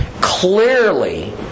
clearly